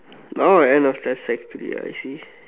that one was just end of sec three ah I see